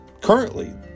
Currently